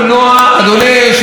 אדוני היושב-ראש,